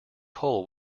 coal